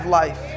life